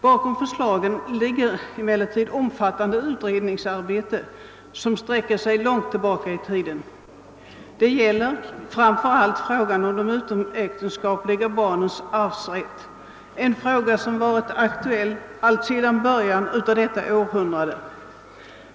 Bakom förslagen ligger emellertid ett omfattande utredningsarbete som sträcker sig långt tillbaka i tiden. Det gäller framför allt frågan om de utomäktenskapliga barnens arvsrätt, en fråga som varit aktuell alltsedan början av detta århundrade.